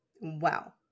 Wow